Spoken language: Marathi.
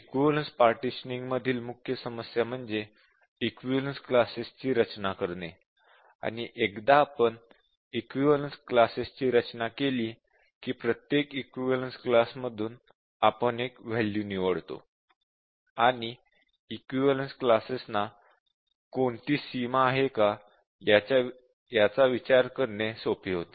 इक्विवलेन्स पार्टिशनिंग मधील मुख्य समस्या म्हणजे इक्विवलेन्स क्लासेस ची रचना करणे आणि एकदा आपण इक्विवलेन्स क्लासेस ची रचना केली की प्रत्येक इक्विवलेन्स क्लास मधून आपण एक वॅल्यू निवडतो आणि इक्विवलेन्स क्लासेस ना कोणती सीमा आहे का याचा विचार करणे सोपे होते